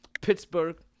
Pittsburgh